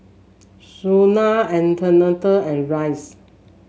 Shenna Antonetta and Rice